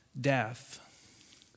death